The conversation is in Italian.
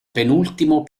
penultimo